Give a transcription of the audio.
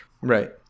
right